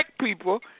people